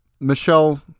Michelle